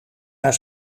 naar